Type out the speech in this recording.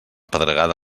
pedregada